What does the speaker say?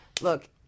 Look